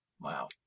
Wow